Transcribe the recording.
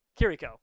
Kiriko